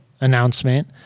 announcement